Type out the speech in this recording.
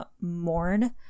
mourn